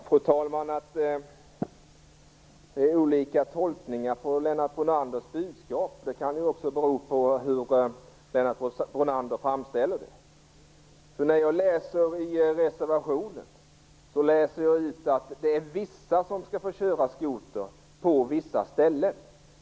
Fru talman! Det förekommer olika tolkningar av Lennart Brunanders budskap. Det kan beror på hur Lennart Brunander framställer det. Av reservationen läser jag ut att det är vissa som skall få köra skoter på vissa ställen.